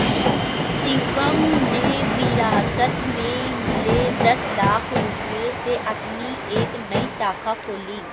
शिवम ने विरासत में मिले दस लाख रूपए से अपनी एक नई शाखा खोली